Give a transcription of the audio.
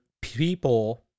people